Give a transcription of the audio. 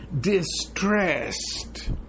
distressed